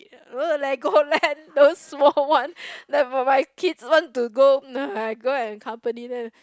Legoland those small one never mind kids want to go I go and accompany them